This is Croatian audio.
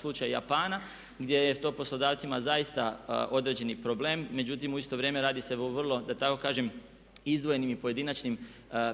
slučaj Japana gdje je to poslodavcima zaista određeni problem. Međutim, u isto vrijeme radi se o vrlo, da tako kažem, izdvojenim i pojedinačnim